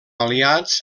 aliats